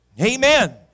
Amen